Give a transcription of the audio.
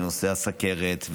בנושא הסוכרת,